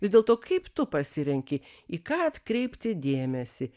vis dėlto kaip tu pasirenki į ką atkreipti dėmesį